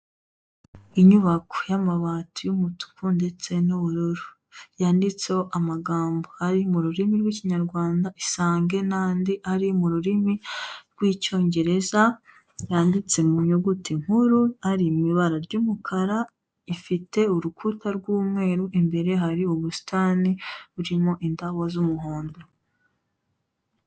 Inyubako y'amabati y'umutuku ndetse n'ubururu. Yanditseho amagambo ari mu rurimi rw'ikinyarwanda Isange n'andi ari mu rurimi rw'icyongereza, yanditse mu nyuguti nkuru ari mu ibara ry'umukara, ifite urukuta rw'umweru, imbere hari ubusitani burimo indabo z'umuhondo.